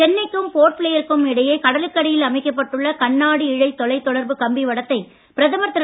சென்னைக்கும் போர்ட் ப்ளே ருக்கும் இடையே கடலுக்கு அடியில் அமைக்கப் பட்டுள்ள கண்ணாடி இழை தொலைதொடர்பு கம்பி வடத்தை பிரதமர் திரு